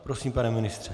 Prosím, pane ministře.